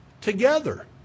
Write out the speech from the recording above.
together